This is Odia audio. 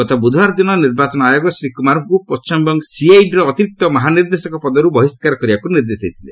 ଗତ ବୁଧବାର ଦିନ ନିର୍ବାଚନ ଆୟୋଗ ଶ୍ରୀ କୁମାରଙ୍କୁ ପଣ୍ଠିମବଙ୍ଗ ସିଆଇଡିର ଅତିରିକ୍ତ ମହାନିର୍ଦ୍ଦେଶକ ପଦରୁ ବହିଷ୍କାର କରିବାକୁ ନିର୍ଦ୍ଦେଶ ଦେଇଥିଲେ